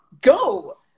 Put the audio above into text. Go